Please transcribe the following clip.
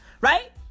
Right